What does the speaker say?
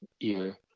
ear